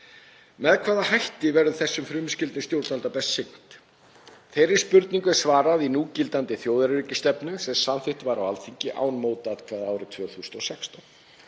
Með hvaða hætti verður þessum frumskyldum stjórnvalda best sinnt? Þeirri spurningu er svarað í núgildandi þjóðaröryggisstefnu sem samþykkt var á Alþingi án mótatkvæða árið 2016.